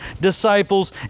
disciples